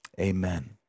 amen